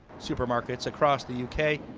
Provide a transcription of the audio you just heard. supermarkets across the u k.